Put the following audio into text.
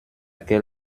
quel